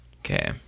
Okay